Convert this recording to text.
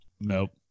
nope